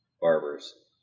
barbers